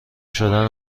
شدن